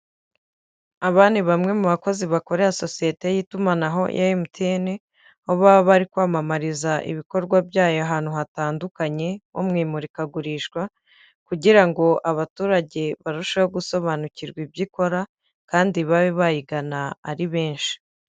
Aba ni bamwe mu bakozi bakorera sosiyete y'itumanaho ya MTN baba bari kwamamariza ibikorwa byayo ahantu hatandukanye nko mu imurikagurisha kugira ngo abaturage barusheho gusobanukirwa ibyo ikora kandi babe bayigana ari benshi.